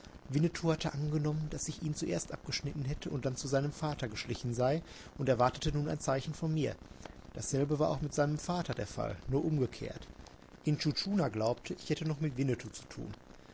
winnetou hatte angenommen daß ich ihn zuerst abgeschnitten hätte und dann zu seinem vater geschlichen sei und erwartete nun ein zeichen von mir dasselbe war auch mit seinem vater der fall nur umgekehrt intschu tschuna glaubte ich hätte noch mit winnetou zu tun